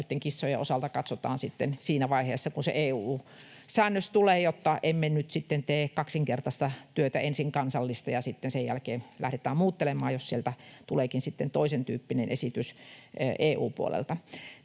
Noitten kissojen osalta katsotaan sitten siinä vaiheessa, kun se EU-säännös tulee, jotta emme nyt sitten tee kaksinkertaista työtä, ensin kansallista ja sitten sen jälkeen lähdetään muuttelemaan, jos sieltä tuleekin sitten toisentyyppinen esitys EU:n puolelta.